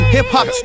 Hip-Hop